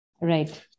Right